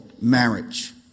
marriage